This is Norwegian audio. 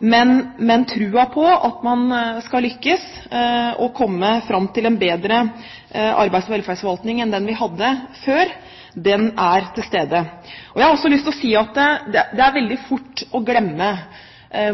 men troen på at man skal lykkes og komme fram til en bedre arbeids- og velferdsforvaltning enn den vi hadde før, er til stede. Jeg har også lyst til å si at det er veldig lett å glemme